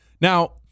Now